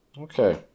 Okay